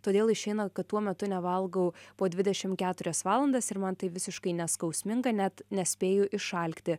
todėl išeina kad tuo metu nevalgau po dvidešim keturias valandas ir man tai visiškai neskausminga net nespėju išalkti